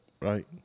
right